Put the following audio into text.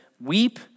weep